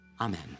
Amen